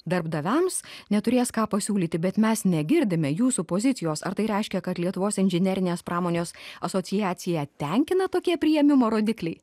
darbdaviams neturės ką pasiūlyti bet mes negirdime jūsų pozicijos ar tai reiškia kad lietuvos inžinerinės pramonės asociaciją tenkina tokie priėmimo rodikliai